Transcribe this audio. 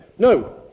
No